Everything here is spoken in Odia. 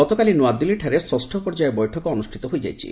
ଗତକାଲି ନୂଆଦିଲ୍ଲୀଠାରେ ଷଷ୍ଠ ପର୍ଯ୍ୟାୟ ବୈଠକ ଅନୁଷ୍ଠିତ ହୋଇଯାଇଛି